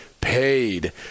paid